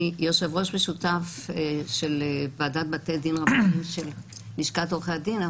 אני יושבת-ראש משותף של ועדת בתי דין רבניים של לשכת עורכי הדין.